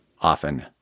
often